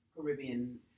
Caribbean